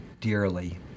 dearly